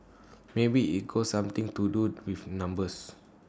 maybe it's go something to do with numbers